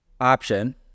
option